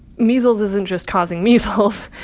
measles isn't just causing measles.